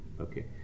Okay